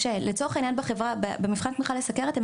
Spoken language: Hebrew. לצורך העניין במבחן תמיכה לסוכרת הם